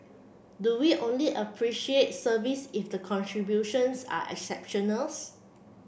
do we only appreciate service if the contributions are